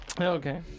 Okay